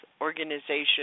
Organization